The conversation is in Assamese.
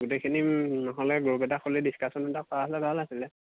গোটেইখিনি নহ'লে গ্ৰুপ এটা খুলি ডিছকাচন এটা কৰা হ'লে ভাল আছিলে